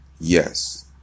Yes